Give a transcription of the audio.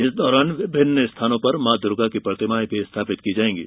इस दौरान विभिन्न स्थानों पर मां दर्गा की प्रतिमाएं भी स्थापित की जाएंगी